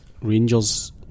Rangers